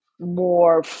more